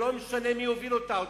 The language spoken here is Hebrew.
ולא משנה מי יוביל אותה בעתיד.